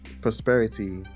prosperity